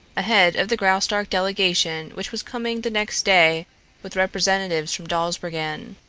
ahead of the graustark delegation which was coming the next day with representatives from dawsbergen.